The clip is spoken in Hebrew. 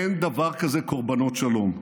אין דבר כזה קורבנות שלום,